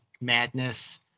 madness